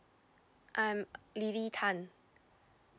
I'm lily tan